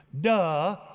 duh